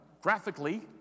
graphically